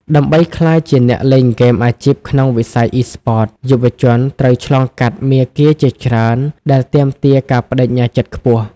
ដើម្បីក្លាយជាអ្នកលេងហ្គេមអាជីពក្នុងវិស័យអុីស្ពត យុវជនត្រូវឆ្លងកាត់មាគ៌ាជាច្រើនដែលទាមទារការប្តេជ្ញាចិត្តខ្ពស់។